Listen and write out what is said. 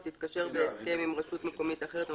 או תתקשר בהסכם עם רשות מקומית אחרת הסמוכה,